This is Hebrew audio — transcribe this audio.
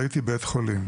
ראיתי "בית חולים".